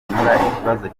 ikibazo